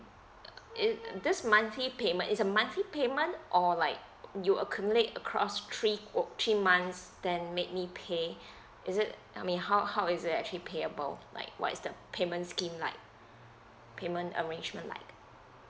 err is that's monthly payment it's a monthly payment or like you accumulate across three quote three months then make me pay is it uh may how how is it actually payable like what is the payment scheme like payment arrangement like